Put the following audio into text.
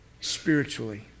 spiritually